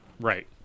Right